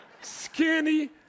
skinny